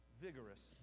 vigorous